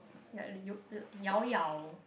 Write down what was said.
ya the yo llao-llao